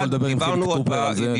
האחד,